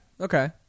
Okay